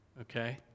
Okay